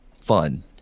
fun